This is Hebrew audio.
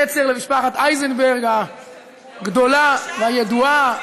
נצר למשפחת אייזנברג הגדולה והידועה,